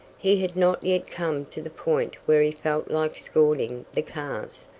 he had not yet come to the point where he felt like scorning the cars,